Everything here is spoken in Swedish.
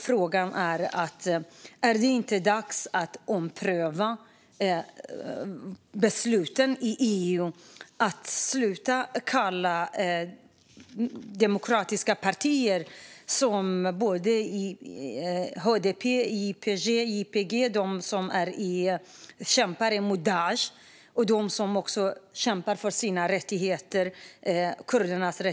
Frågan är: Är det inte dags att ompröva besluten i EU och sluta kalla demokratiska partier - HDP och IPG, som kämpar mot Daish och för kurdernas rättigheter - för terrorister?